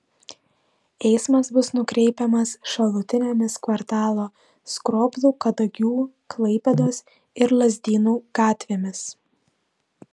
eismas bus nukreipiamas šalutinėmis kvartalo skroblų kadagių klaipėdos ir lazdynų gatvėmis